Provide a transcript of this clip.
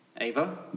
Ava